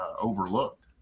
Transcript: overlooked